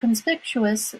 conspicuous